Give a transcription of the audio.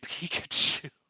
Pikachu